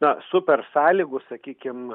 na super sąlygų sakykim